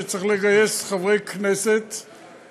שצריך לגייס חברי כנסת,